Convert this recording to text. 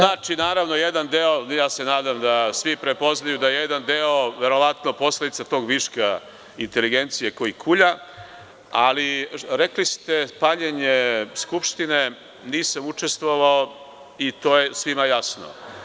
Znači, naravno jedan deo, ja se nadam da svi prepoznaju, da je jedan deo posledica tog viška inteligencije koji kulja, ali rekli ste paljenje Skupštine, nisam učestvovao i to je svima jasno.